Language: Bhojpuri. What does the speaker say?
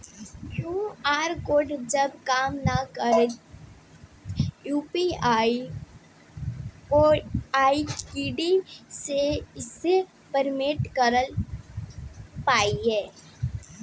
क्यू.आर कोड जब काम ना करी त यू.पी.आई आई.डी से कइसे पेमेंट कर पाएम?